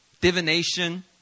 divination